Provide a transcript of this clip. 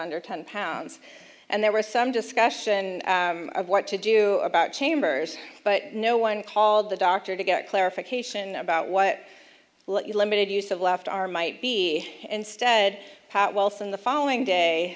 under ten pounds and there was some discussion of what to do about chambers but no one called the doctor to get clarification about what limited use of left arm might be instead pat waltz in the following day